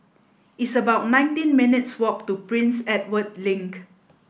it's about nineteen minutes' walk to Prince Edward Link